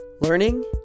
learning